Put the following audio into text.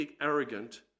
arrogant